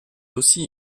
aussi